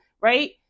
right